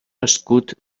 escut